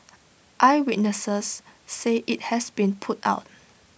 eyewitnesses say IT has been put out